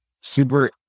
super